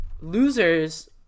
losers